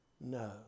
No